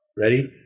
Ready